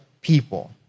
people